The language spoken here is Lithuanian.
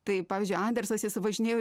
tai pavyzdžiui andersas jis važinėjo